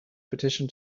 petition